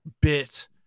bit